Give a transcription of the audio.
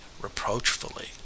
reproachfully